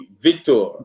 Victor